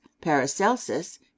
paracelsus